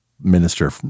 minister